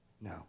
No